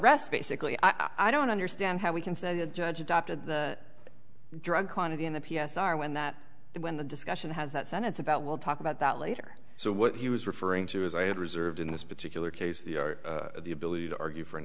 rest basically i don't understand how we can say the judge adopted the drug quantity in the p s r when that when the discussion has that sentence about we'll talk about that later so what he was referring to is i had reserved in this particular case the ability to argue for an